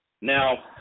Now